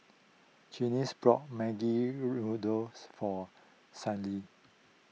brought Maggi for Sallie